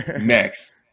Next